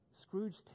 Scrooge